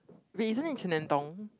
wait isn't it Chen-Nen-Tong